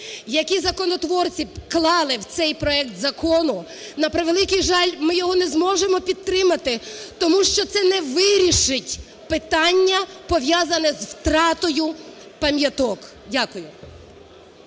які законотворці вклали в цей проект закону, на превеликий жаль, ми його не зможемо підтримати тому що це не вирішить питання пов'язане з втратою пам'яток. Дякую.